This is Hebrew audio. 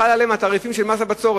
חלים עליהם התעריפים של מס הבצורת.